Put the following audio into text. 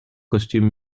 costumes